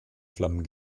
flammen